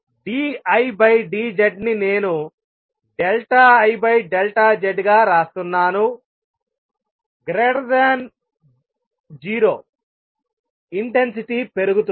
dI dZ ని నేను IZ గా రాస్తున్నాను 0 ఇంటెన్సిటీ పెరుగుతుంది